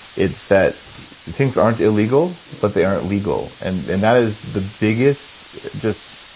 it's that things aren't illegal but they aren't legal. and and that is the biggest just,